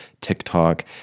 TikTok